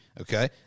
Okay